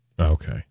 Okay